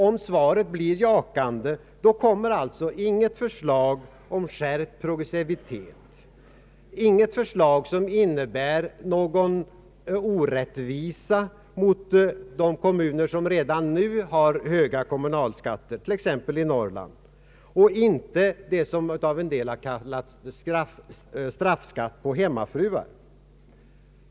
Om svaret är jakande, kommer alltså inte något förslag om skärpt progressivitet, inte något förslag som innebär en orättvisa mot de kommuner som redan nu har hög kommunalskatt, t.ex. i Norrland, och inte något förslag om det som en del har kallat straffskatt på hemmafruar.